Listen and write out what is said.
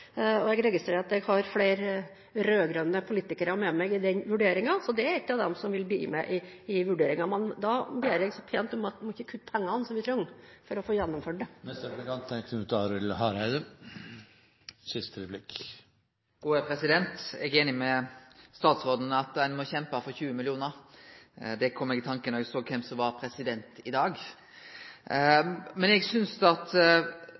og jeg registrerer at jeg har flere rød-grønne politikere med meg i den vurderingen. Det er et av de prosjektene som blir med i vurderingen. Men da ber jeg så pent om at man ikke kutter i de pengene som vi trenger for å få gjennomført det. Eg er einig med statsråden i at ein må kjempe for 20 mill. kr. Det kom eg i tankar om då eg såg kven som var president i dag. Eg synest at